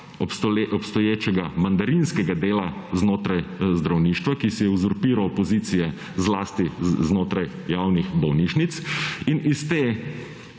obstoječega mandarinskega dela znotraj zdravništva, ki se je uzurpiral pozicije zlasti znotraj javnih bolnišnic in iz te